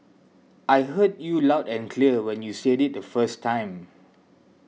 I heard you loud and clear when you said it the first time